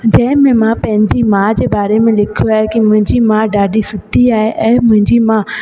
जंहिं में मां पंहिंजी माउ जे बारे में लिखियो आहे की मुंहिंजी माउ ॾाढी आहे ऐं मुंहिंजी माउ